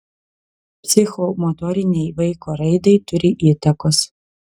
psichomotorinei vaiko raidai turi įtakos